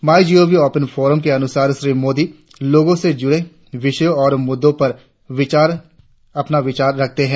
माई GOV open forum के अनुसार श्री मोदी लोगों से जुड़े विषयों और मुद्दों पर अपने विचार रखते हैं